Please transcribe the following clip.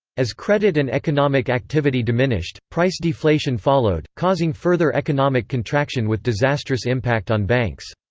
as credit and economic activity diminished, price deflation followed, causing further economic contraction with disastrous impact on banks.